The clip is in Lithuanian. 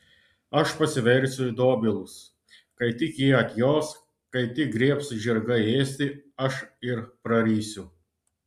aš pasiversiu į dobilus kai tik jie atjos kai tik griebs žirgai ėsti aš ir prarysiu